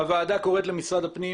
הוועדה קוראת למשרד הפנים